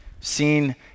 Seen